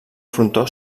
frontó